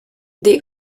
they